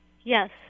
Yes